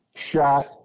shot